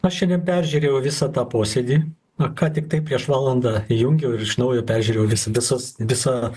aš šiandien peržiūrėjau visą tą posėdį na ką tiktai prieš valandą įjungiau ir iš naujo peržiūrėjau vis visas visą